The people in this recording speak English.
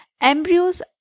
embryos